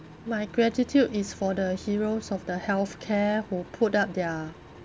my gratitude is for the heroes of the healthcare who put up their